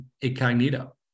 incognito